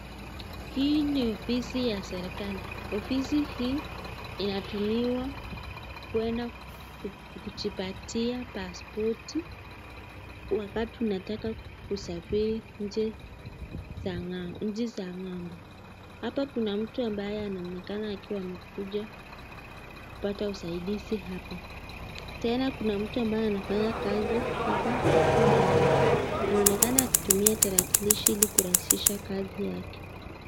Hii ni ofisi ya serikali. Ofisi hii inatumiwa kuenda kujipatia paspoti wakati unataka kusafiri nchi za ng'ambo. Hapa kuna mtu ambaye anaonekana amekuja kupata usaidizi hapa. Tena kuna mtu anafanya kazi hapa huko ndani, anaonekana akitumia tarakilishi ili kurahisisha kazi yake.